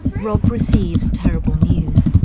rob receives terrible news.